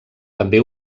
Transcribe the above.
també